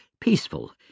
peaceful